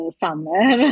summer